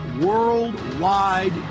worldwide